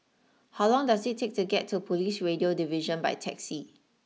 how long does it take to get to police Radio Division by taxi